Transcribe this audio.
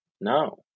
no